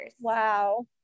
Wow